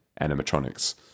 animatronics